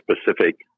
specific